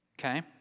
Okay